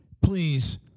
Please